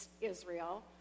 Israel